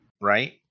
right